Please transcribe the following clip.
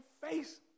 face